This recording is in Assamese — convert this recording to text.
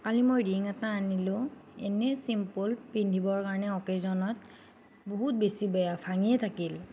কালি মই ৰিং এটা আনিলোঁ এনেই ছিম্পল পিন্ধিবৰ কাৰণে অকেজনত বহুত বেছি বেয়া ভাঙিয়ে থাকিল